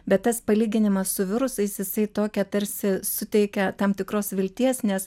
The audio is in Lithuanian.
bet tas palyginimas su virusais jisai tokia tarsi suteikia tam tikros vilties nes